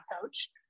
coach